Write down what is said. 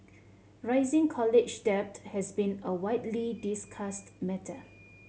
rising college debt has been a widely discussed matter